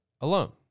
alone